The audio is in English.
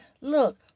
Look